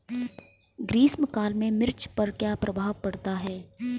ग्रीष्म काल में मिर्च पर क्या प्रभाव पड़ता है?